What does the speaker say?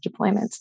deployments